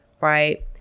right